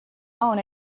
own